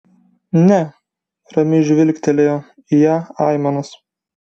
ne ramiai žvilgtelėjo į ją aimanas